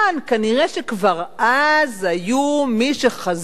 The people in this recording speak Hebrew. כנראה כבר אז היו מי שחזו